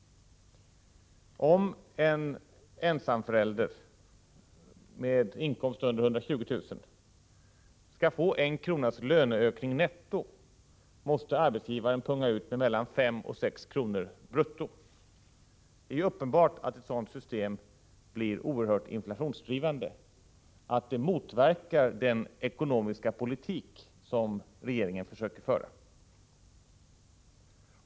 Om en ensamförälder med inkomst under 120 000 kr. skall få en kronas löneökning netto måste arbetsgivaren punga ut med mellan 5 och 6 kr. brutto. Det är ju uppenbart att ett sådant system blir oerhört inflationsdrivande och att det motverkar den ekonomiska politik som regeringen försöker föra.